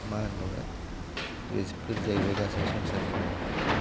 मा होनबावनो बेफोर जाहैबाय गासै संसारनि नेम